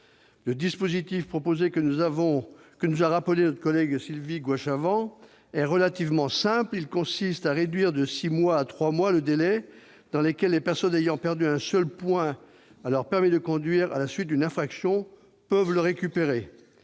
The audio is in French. Le dispositif proposé, que nous a rappelé notre collègue Sylvie Goy-Chavent, est relativement simple : il consiste à réduire de six mois à trois mois le délai dans lequel les personnes ayant perdu un seul point à leur permis de conduire peuvent le récupérer,